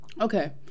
Okay